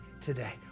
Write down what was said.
today